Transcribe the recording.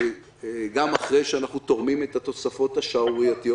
גם אחרי שאנחנו תורמים את התוספות השערורייתיות